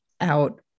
out